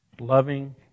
loving